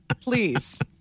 Please